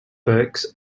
books